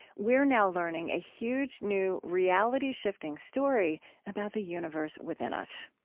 we're now learning a huge, new, reality-shifting story about the universe within us.